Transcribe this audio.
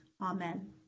amen